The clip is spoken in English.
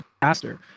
faster